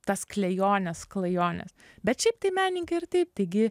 tas klejones klajones bet šiaip tai menininkai ir taip taigi